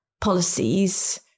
policies